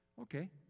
Okay